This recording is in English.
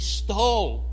stole